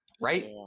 right